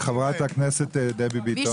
חברת הכנסת דבי ביטון.